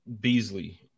Beasley